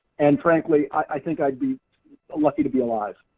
and frankly, i think i'd be lucky to be alive.